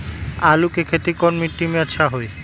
आलु के खेती कौन मिट्टी में अच्छा होइ?